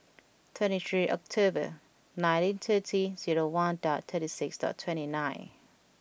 twenty three October nineteen thirty zero one dot thirty six dot twenty nine